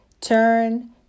turn